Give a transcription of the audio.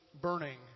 burning